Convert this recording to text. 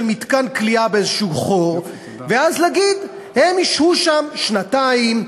מתקן כליאה באיזה חור ואז להגיד: הם ישהו שם שנתיים,